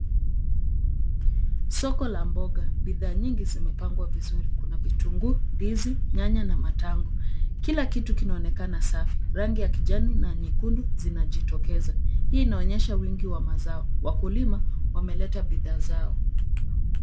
Soko la mboga, bidhaa nyingi zimepangwa vizuri. Kuna vitunguu, ndizi nyanya na matango. Kila kitu kinaonekana safi, rangi ya kijani na nyekundu zinajitokeza hii inaonyesha uwingi wa mazao. Wakulima wameleta bihaa zao.